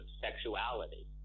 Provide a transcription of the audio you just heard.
sexuality